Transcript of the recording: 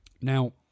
Now